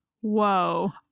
whoa